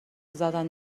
زدن